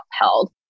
upheld